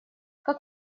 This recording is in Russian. как